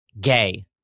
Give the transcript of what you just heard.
gay